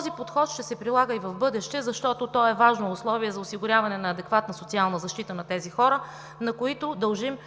Този подход ще се прилага и в бъдеще, защото той е важно условие за осигуряване на адекватна социална защита на тези хора, на които дължим